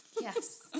yes